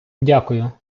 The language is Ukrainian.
дякую